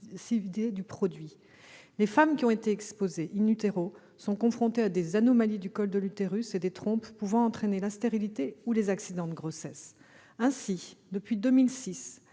du produit. Les femmes qui y ont été exposées sont confrontées à des anomalies du col de l'utérus et des trompes pouvant entraîner une stérilité ou des accidents de grossesse. Ainsi, depuis 2006,